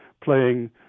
playing